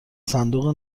صندوق